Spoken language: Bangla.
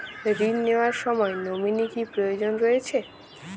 ঋণ নেওয়ার সময় নমিনি কি প্রয়োজন রয়েছে?